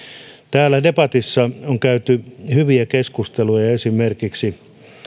täällä debatissa on käyty hyviä keskusteluja esimerkiksi